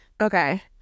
Okay